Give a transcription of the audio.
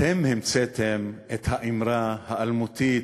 אתם המצאתם את האמרה האלמותית: